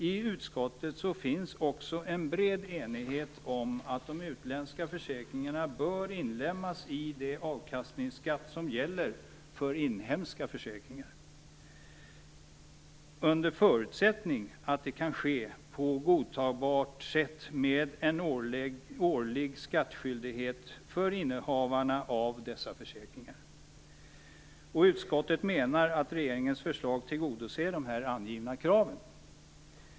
I utskottet finns också en bred enighet om att de utländska försäkringarna bör inlemmas i den avkastningsskatt som gäller för inhemska försäkringar - under förutsättning att det kan ske på godtagbart sätt med en årlig skattskyldighet för innehavarna av dessa försäkringar. Utskottet menar att regeringens förslag tillgodoser de här angivna kraven.